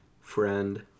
friend